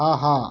ஆஹா